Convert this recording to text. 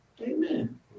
Amen